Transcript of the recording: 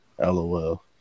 LOL